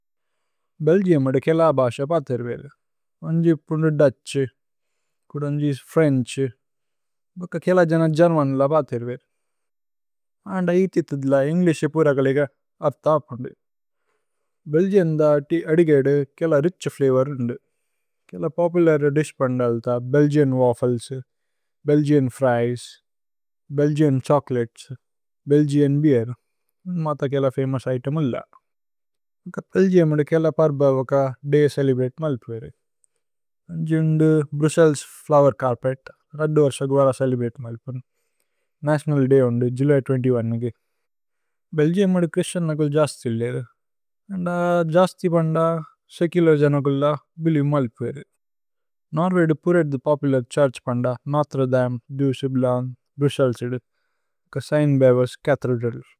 ഭേല്ഗിഅമദ കേല ബാസ പതിര് വേദു। അന്ജി പുന്ദു ദുത്ഛ്, കുദോന്ജി ഫ്രേന്ഛ്, ബക്ക കേല ജന ഗേര്മന്ല പതിര് വേദു। അന്ദ ഈതിതദ്ല ഇന്ഗ്ലേസേ പുര കലേഗ അര്ഥ അപന്ദു। ഭേല്ഗിഅമദ അദിഗേദു കേല രിഛ് ഫ്ലവോര് അന്ദു। കേല പോപുലര് ദിശ് പന്ദല്ത Belgium waffles, Belgium fries, Belgium chocolates, Belgium beer, അന്മത കേല ഫമോഉസ് ഇതേമ് അല്ല। ഭേല്ഗിഅമദ കേല പര്ബ ഓക്ക ദയ് ചേലേബ്രതേ മല്പു വേദു। അന്ജി പുന്ദു ഭ്രുസ്സേല്സ് ഫ്ലോവേര് ചര്പേത്, രദ്ദു അര്സ ഗുവര ചേലേബ്രതേ മല്പു വേദു। നതിഓനല് ദയ് ഉന്ദു, ജുല്യ് ഇരുപത് ഒന്ന്। ഭേല്ഗിഅമദ ക്രിസ്തിഅന്നകുല് ജസ്തില് വേദു। അന്ദ ജസ്തി പന്ദ, സേചുലര് ജനകുല്ല ബിലു മല്പു വേദു। നോര്വേദു പുരേദ്ദു പോപുലര് ഛുര്ഛ് പന്ദ, Notre Dame, du Sablon, Brussels ഏദു। ഓക്ക സിഗ്ന് ബ്യ് വസ് ചഥേദ്രല്।